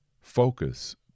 focus